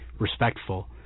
respectful